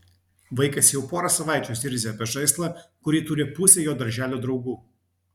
vaikas jau porą savaičių zirzia apie žaislą kurį turi pusė jo darželio draugų